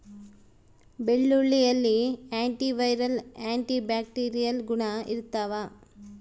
ಬೆಳ್ಳುಳ್ಳಿಯಲ್ಲಿ anti viral anti bacterial ಗುಣ ಇರ್ತಾವ